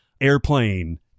airplane